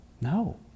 No